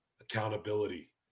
Accountability